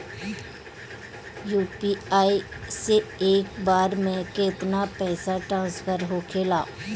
UPI से एक बार मे केतना पैसा ट्रस्फर होखे ला?